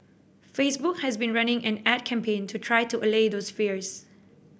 Facebook has been running an ad campaign to try to allay those fears